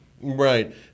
Right